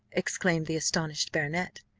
exclaimed the astonished baronet.